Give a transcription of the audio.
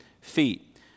feet